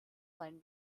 sein